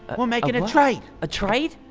and we're making a trade. a trade?